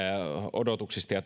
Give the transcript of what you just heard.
odotuksiin ja ja